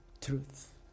truth